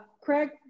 Craig